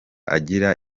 agira